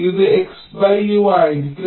ഇത് XU ആയിരിക്കും